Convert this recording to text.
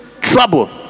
trouble